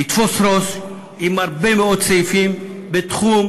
"לתפוס ראש" עם הרבה מאוד סעיפים בתחום.